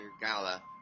Gala